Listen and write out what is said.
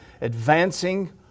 advancing